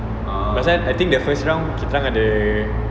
pasal I think the first round kita orang ada